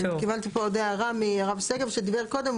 קיבלתי פה עוד הערה מהרב שגב שדיבר קודם.